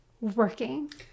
working